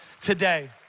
today